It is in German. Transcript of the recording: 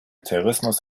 terrorismus